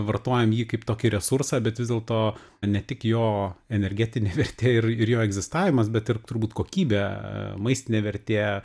vartojam jį kaip tokį resursą bet vis dėlto ne tik jo energetinė vertė ir ir jo egzistavimas bet ir turbūt kokybė maistinė vertė